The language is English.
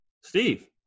Steve